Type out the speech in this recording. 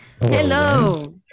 Hello